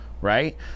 right